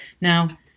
now